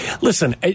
Listen